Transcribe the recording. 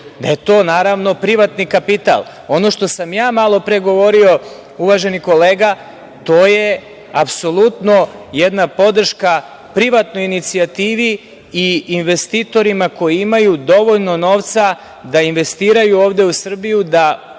je to naravno privatni kapital. Ono što sam malopre govorio uvaženi kolega, to je apsolutno jedna podrška privatnoj inicijativi i investitorima koji imaju dovoljno novca da investiraju ovde u Srbiju, da